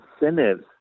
incentives